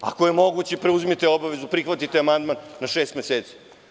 Ako je moguće, preuzmite obavezu, prihvatite amandman na šest meseci.